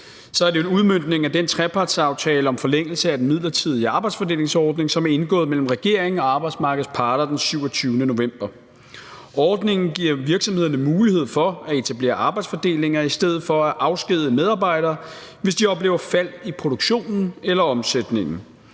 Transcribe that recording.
jo er en udmøntning af den trepartsaftale om en forlængelse af den midlertidige arbejdsfordelingsordning, som er indgået mellem regeringen og arbejdsmarkedets parter den 27. november. Ordningen giver jo virksomhederne mulighed for at etablere arbejdsfordelinger i stedet for at afskedige medarbejdere, hvis de oplever et fald i produktionen eller omsætningen.